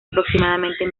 aproximadamente